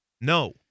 No